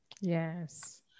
yes